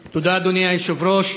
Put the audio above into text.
תודה, אדוני היושב-ראש,